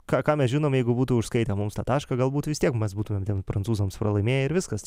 ką ką mes žinom jeigu būtų užskaitę mums tą tašką galbūt vis tiek mes būtumėm ten prancūzams pralaimėję ir viskas